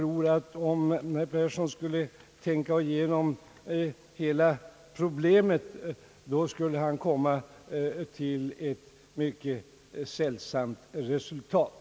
Om herr Persson tänker igenom hela problemet, kommer han nog till ett mycket sällsamt resultat.